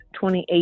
2018